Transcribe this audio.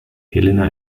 helena